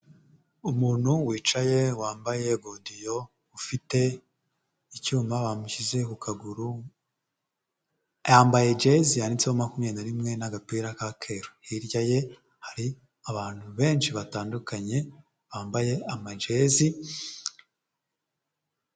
Umuntu wicaye wambaye godiyo, ufite icyuma bamushyize ku kaguru, yambaye jezi yanditseho makumyabiri na rimwe n'agapira k'akeru, hirya ye hari abantu benshi batandukanye, bambaye amajezi.